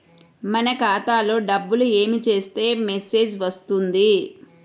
మన ఖాతాలో డబ్బులు ఏమి చేస్తే మెసేజ్ వస్తుంది?